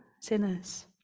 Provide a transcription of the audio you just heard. sinners